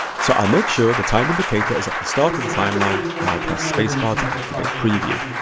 so i'll make sure the time indicator is at the start of the timeline, and i'll press space bar to activate preview.